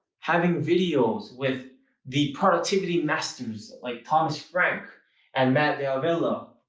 having videos with the productivity masters, like thomas frank and matt d'avella.